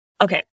Okay